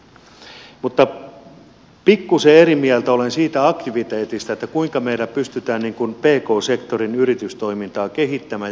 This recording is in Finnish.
mutta pikkuisen eri mieltä olen siitä aktiviteetista kuinka meillä pystytään pk sektorin yritystoimintaa kehittämään ja pääomittamaan